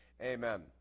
amen